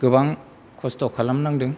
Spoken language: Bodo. गोबां खस्त' खालामनांदों